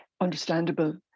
understandable